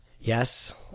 Yes